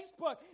Facebook